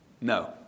No